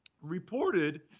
reported